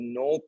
no